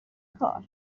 کار